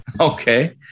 Okay